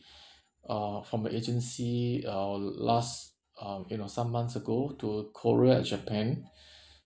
uh from the agency uh last um you know some months ago to korea and japan